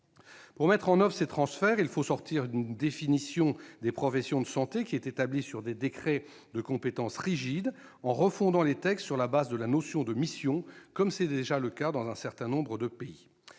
Pour mettre en oeuvre ces transferts, il faut sortir d'une définition des professions de santé qui est établie sur des décrets de compétences rigides, en refondant les textes sur la base de la notion de missions, comme c'est déjà le cas dans un certain nombre de pays.